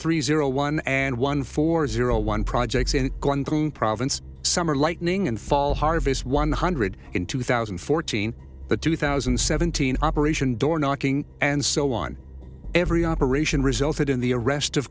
three zero one and one four zero one projects in guangdong province summer lightning and fall harvest one hundred in two thousand and fourteen but two thousand and seventeen operation door knocking and so on every operation resulted in the arrest of